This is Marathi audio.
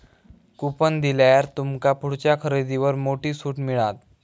कुपन दिल्यार तुमका पुढच्या खरेदीवर थोडी सूट मिळात